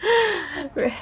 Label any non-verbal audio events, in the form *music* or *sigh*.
*breath* ri~